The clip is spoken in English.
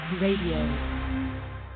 radio